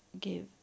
give